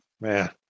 man